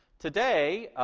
today,